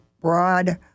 broad